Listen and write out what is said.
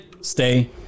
stay